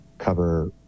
Cover